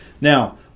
Now